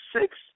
six